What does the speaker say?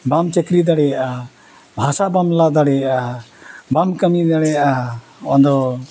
ᱵᱟᱢ ᱪᱟᱹᱠᱨᱤ ᱫᱟᱲᱮᱭᱟᱜᱼᱟ ᱦᱟᱥᱟ ᱵᱟᱢ ᱞᱟ ᱫᱟᱲᱮᱭᱟᱜᱼᱟ ᱵᱟᱢ ᱠᱟᱹᱢᱤ ᱫᱟᱲᱮᱭᱟᱜᱼᱟ ᱟᱫᱚ